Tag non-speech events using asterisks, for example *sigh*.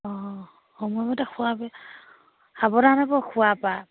অঁ সময়মতে খোৱো *unintelligible* সাৱধান হ'ব খোৱাৰপৰা